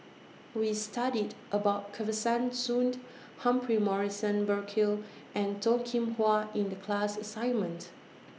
We studied about Kesavan Soon Humphrey Morrison Burkill and Toh Kim Hwa in The class assignments